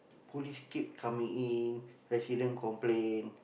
police keep coming in resident complain